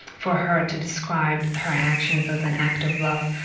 for her to describe her actions as an act of love,